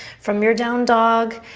from your down dog,